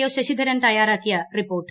O Sasidharan തയ്യാറാക്കിയ report